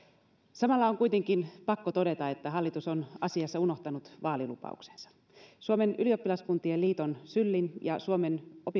samalla on kuitenkin pakko todeta että hallitus on asiassa unohtanut vaalilupauksensa suomen ylioppilaskuntien liiton sylin ja suomen